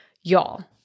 y'all